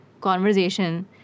conversation